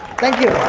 thank you.